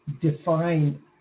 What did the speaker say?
define